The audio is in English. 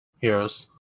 Heroes